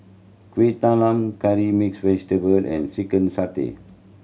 Kueh Talam curry mix vegetable and chicken satay